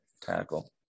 tackle